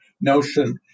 notion